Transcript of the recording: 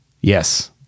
yes